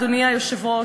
אדוני היושב-ראש,